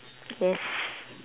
yes